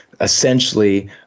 Essentially